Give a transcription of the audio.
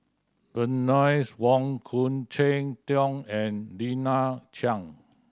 Bernice Wong Khoo Cheng Tiong and Lina Chiam